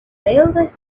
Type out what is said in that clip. railway